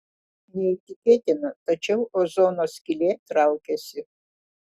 neįtikėtina tačiau ozono skylė traukiasi